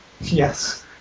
Yes